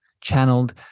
channeled